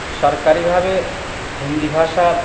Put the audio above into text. সরকারিভাবে হিন্দি ভাষার